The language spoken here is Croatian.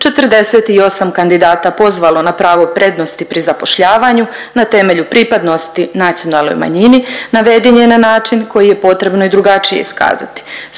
48 kandidat pozvalo na pravo prednosti pri zapošljavanju na temelju pripadnosti nacionalnoj manjini naveden je na način koji je potrebno i drugačije iskazati.